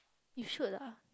you should lah